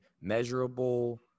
measurable